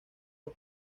los